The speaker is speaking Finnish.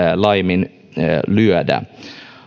laiminlyödä